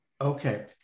Okay